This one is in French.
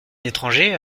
étranger